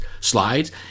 slides